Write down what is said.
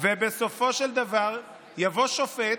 ובסופו של דבר יבוא שופט,